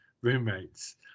roommates